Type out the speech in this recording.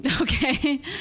Okay